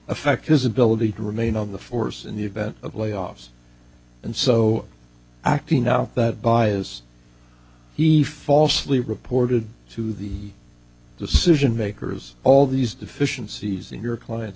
affect his ability to remain on the force in the event of layoffs and so acting out that by as he falls asleep reported to the decision makers all these deficiencies in your client